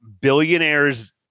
billionaires